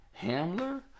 Hamler